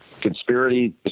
conspiracy